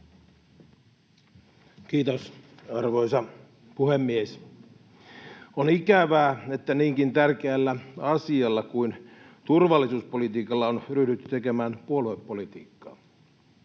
Kiitos, arvoisa puhemies! On ikävää, että niinkin tärkeällä asialla kuin turvallisuuspolitiikalla on ryhdytty tekemään puoluepolitiikkaa.